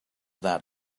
that